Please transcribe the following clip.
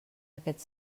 aquest